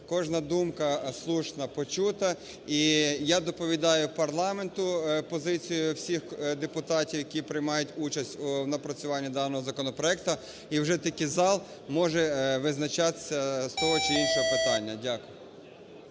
кожна думка слушна почута. І я доповідаю парламенту позицію всіх депутатів, які приймають участь у напрацюванні даного законопроекту, і вже тільки зал може визначатися з того чи іншого питання. Дякую.